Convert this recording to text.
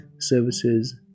services